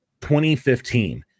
2015